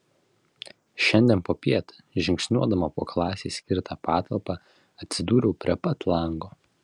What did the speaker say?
šiandien popiet žingsniuodama po klasei skirtą patalpą atsidūriau prie pat lango